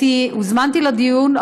הוזמנתי לדיון,